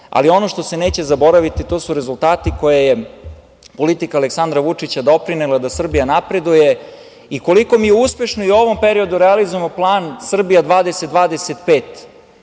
Ono što se neće zaboraviti to su rezultati koje je politika Aleksandra Vučića doprinela da Srbija napreduje i koliko mi uspešno i u ovom periodu realizujemo plan Srbija 20-25.